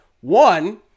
one